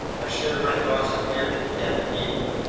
i shared my thoughts and fears with captain nemo.